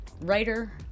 writer